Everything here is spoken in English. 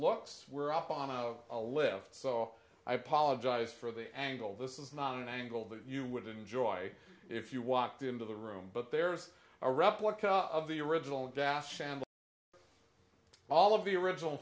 looks we're up on a of a lift so i apologize for the angle this is not an angle that you would enjoy if you walked into the room but there's a replica of the original dash and all of the original